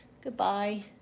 Goodbye